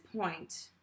point